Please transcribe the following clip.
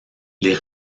les